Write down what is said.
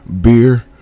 beer